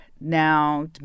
Now